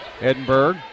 Edinburgh